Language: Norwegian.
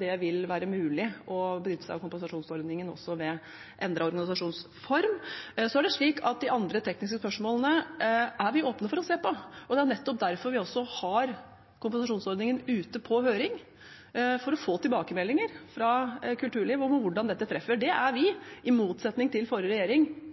Det vil være mulig å benytte seg av kompensasjonsordningen også ved endret organisasjonsform. De andre tekniske spørsmålene er vi åpne for å se på. Det er nettopp derfor vi har kompensasjonsordningen ute på høring, for å få tilbakemeldinger fra kulturlivet om hvordan dette treffer. Det er vi, i motsetning til forrige regjering,